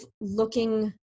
looking